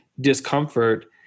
discomfort